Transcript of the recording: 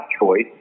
choice